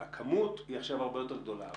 הכמות היא עכשיו הרבה יותר גדולה,